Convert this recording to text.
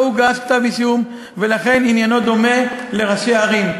לא הוגש כתב אישום, ולכן עניינו דומה לראשי ערים.